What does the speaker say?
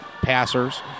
passers